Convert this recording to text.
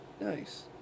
Nice